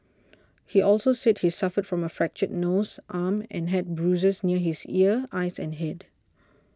he also said he suffered from a fractured nose arm and had bruises near his ear eyes and head